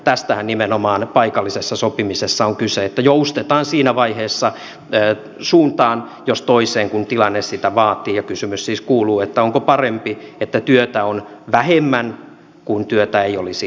tästähän nimenomaan paikallisessa sopimisessa on kyse että joustetaan siinä vaiheessa suuntaan jos toiseen kun tilanne sitä vaatii ja kysymys siis kuuluu onko parempi se että työtä on vähemmän kuin se että työtä ei olisi lainkaan